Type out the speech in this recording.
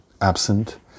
absent